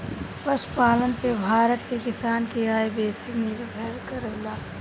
पशुपालन पे भारत के किसान के आय बेसी निर्भर करेला